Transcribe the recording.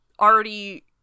already